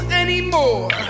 anymore